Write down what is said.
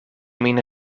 min